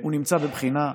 הוא נמצא בבחינה.